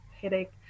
headache